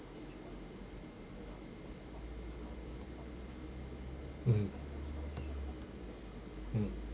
mm mm